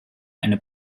eine